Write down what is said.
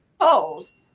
Holes